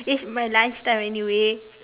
it's my lunch time anyway